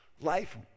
life